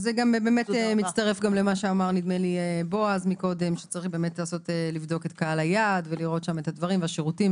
זה מתקשר למה שאמר בועז שצריך לבדוק את קהל היעד ואת השירותים.